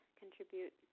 contribute